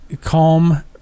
calm